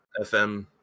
FM